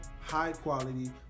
high-quality